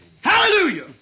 Hallelujah